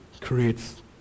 creates